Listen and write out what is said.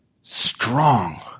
strong